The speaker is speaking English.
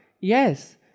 Yes